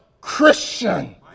Christian